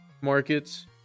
Markets